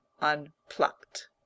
unplucked